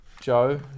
Joe